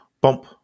bump